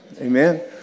Amen